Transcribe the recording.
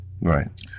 Right